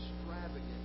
extravagant